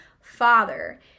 father